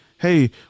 Hey